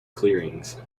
clearings